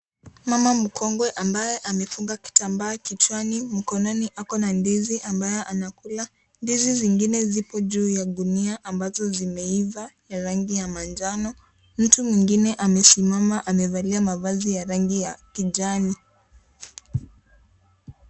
Mama mkongwe ambaye amefunga kitambaa kichwani, mkononi ako na ndizi ambayo anakula. Ndizi zingine zipo juu ya gunia ambazo zimeiva ya rangi ya manjano, mtu mwingine amesimama amevalia mavazi ya kijani.